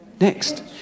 next